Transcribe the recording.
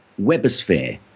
Webosphere